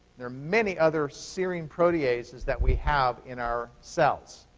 there are many other serine proteases that we have in our cells.